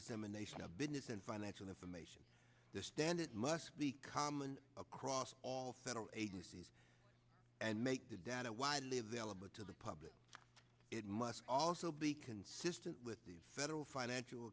dissemination of business and financial information the standard must be common across all federal agencies and make the data widely available to the public it must also be consistent with the federal financial